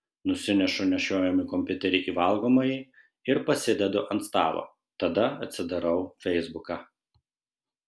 nusinešu nešiojamąjį kompiuterį į valgomąjį ir pasidedu ant stalo tada atsidarau feisbuką